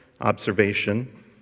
observation